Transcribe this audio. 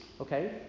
Okay